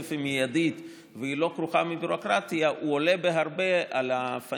הכסף היא מיידית ולא כרוכה בביורוקרטיה עולה בהרבה על fine